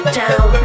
down